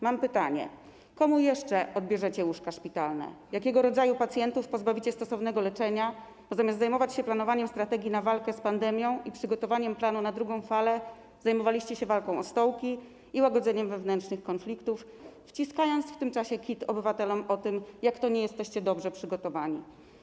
Mam pytanie: Komu jeszcze odbierzecie łóżka szpitalne, jakiego rodzaju pacjentów pozbawicie stosownego leczenia, bo zamiast zajmować się planowaniem strategii walki z pandemią i przygotowaniem planu na drugą falę, zajmowaliście się walką o stołki i łagodzeniem wewnętrznych konfliktów, wciskając w tym czasie obywatelom kit o tym, jak to nie jesteście dobrze przygotowani?